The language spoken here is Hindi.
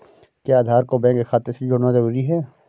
क्या आधार को बैंक खाते से जोड़ना जरूरी है?